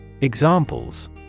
Examples